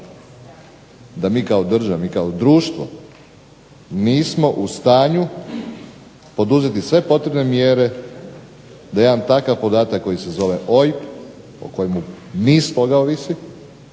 da mi kao država, kao društvo nismo u stanju poduzeti sve potrebne mjere da jedan takav podatak koji se zove OIB, o kojemu niz toga ovisi,